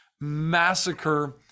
massacre